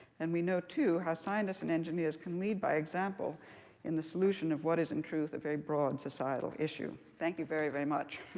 and we know too how scientists and engineers can lead by example in the solution of what is, in truth, a very broad societal issue. thank you very, very much.